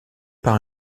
par